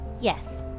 Yes